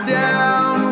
down